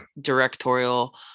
directorial